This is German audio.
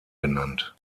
genannt